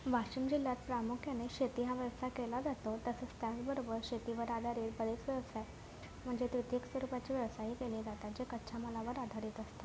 वाशिम जिल्ल्यात प्रामुख्याने शेती हा व्यवसाय केला जातो तसेच त्याचबरोबर शेतीवर आधारित बरेचसे व्यवसाय म्हणजे तृतीयक स्वरूपाचे व्यवसायही केले जातात जे कच्च्या मालावर आधारित असतात